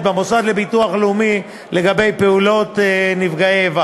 במוסד לביטוח לאומי לגבי נפגעי פעולות איבה.